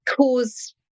cause